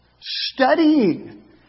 Studying